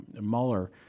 Mueller